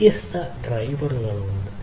വ്യത്യസ്ത ഡ്രൈവറുകൾ ഉണ്ട്